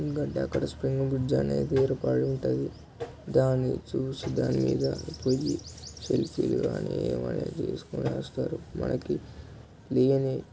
ఎందుకంటే అక్కడ spring bridge అనేది ఏర్పాటు ఉంటుంది దాన్ని చూసి దాన్ని మీద పోయి సెల్ఫీలు అనేవి అన్నీ తీసుకుని వస్తారు మనకి లేని